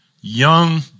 young